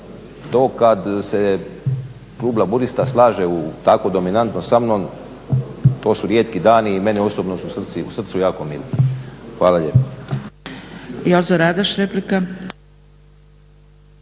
To kada se laburista slaže tako dominantno sa mnom, to su rijetki dani i meni osobno su srcu jako mili. Hvala lijepa.